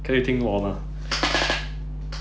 可以听我吗